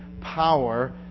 power